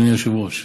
אדוני היושב-ראש,